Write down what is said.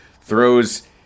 throws